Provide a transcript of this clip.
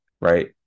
right